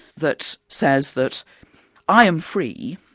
that says that i am free,